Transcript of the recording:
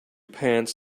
pants